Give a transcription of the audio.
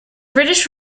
british